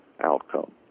outcome